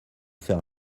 faire